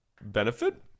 benefit